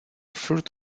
fruit